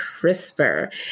CRISPR